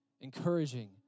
encouraging